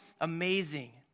amazing